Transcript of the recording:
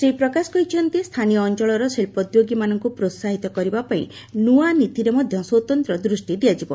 ଶ୍ରୀ ପ୍ରକାଶ କହିଛନ୍ତି ସ୍ଥାନୀୟ ଅଞ୍ଚଳର ଶିଳ୍ପୋଦ୍ୟଗିମାନଙ୍କୁ ପ୍ରୋହାହିତ କରିବା ପାଇଁ ନ୍ନଆ ନୀତିରେ ମଧ୍ୟ ସ୍ୱତନ୍ତ୍ର ଦୃଷ୍ଟି ଦିଆଯିବ